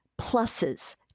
pluses